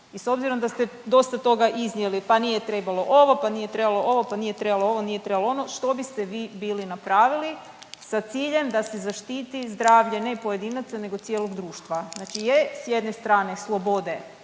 i s obzirom da ste dosta toga iznijela, pa nije trebalo ovo, pa nije trebalo ovo, pa nije trebalo ovo, nije trebalo ono, što biste vi bili napravili sa ciljem da se zaštiti zdravlje ne pojedinaca nego cijelog društva, znači je s jedne strane slobode